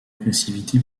agressivité